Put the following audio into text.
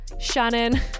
Shannon